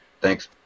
Thanks